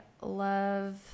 love